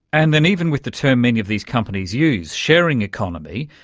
and then even with the term many of these companies use, sharing economy,